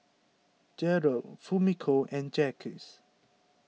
Gearld Fumiko and Jacques